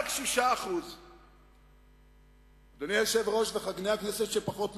רק 6%. אדוני היושב-ראש וחברי הכנסת שפחות מצויים,